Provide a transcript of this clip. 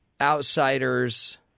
outsiders